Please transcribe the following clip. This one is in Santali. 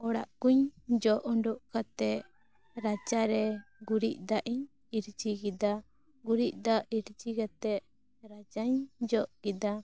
ᱚᱲᱟᱜ ᱠᱩᱧ ᱡᱚᱜ ᱩᱰᱩᱜ ᱠᱟᱛᱮᱫ ᱨᱟᱪᱟᱨᱮ ᱜᱩᱨᱤᱡ ᱫᱟᱜ ᱤᱧ ᱤᱨᱪᱤ ᱠᱮᱫᱟ ᱤᱨᱪᱤ ᱠᱟᱛᱮᱫ ᱨᱟᱪᱟ ᱧ ᱡᱚᱜ ᱠᱮᱫᱟ